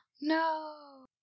No